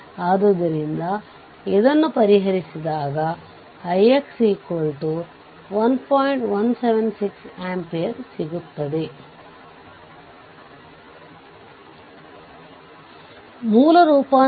ಆದ್ದರಿಂದ ಇಲ್ಲಿ ಲೂಪ್ನಲ್ಲಿ KVL ಅನ್ನು ಅನ್ವಯಿಸಿದರೆ ಈ ಕರೆಂಟ್ 2 ಆಂಪಿಯರ್ ಮೇಲ್ಮುಖವಾಗಿರುತ್ತದೆ